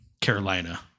Carolina